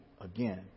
again